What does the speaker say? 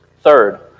Third